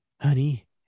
Honey